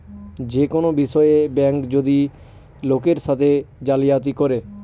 যে কোনো বিষয়ে ব্যাঙ্ক যদি লোকের সাথে জালিয়াতি করে